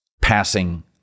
passing